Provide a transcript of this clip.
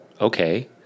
okay